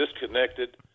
disconnected